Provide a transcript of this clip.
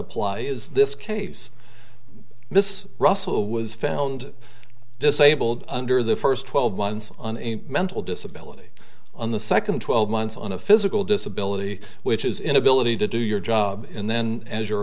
apply is this case this russell was found disabled under the first twelve months on a mental disability on the second twelve months on a physical disability which is inability to do your job and then as you